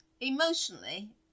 emotionally